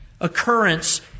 occurrence